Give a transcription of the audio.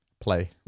play